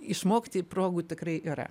išmokti progų tikrai yra